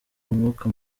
umwuka